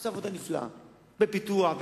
עושה עבודה נפלאה בפיתוח,